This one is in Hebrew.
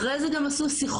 אחרי זה גם עשו שיחות,